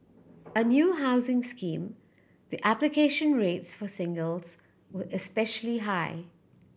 a new housing scheme the application rates for singles were especially high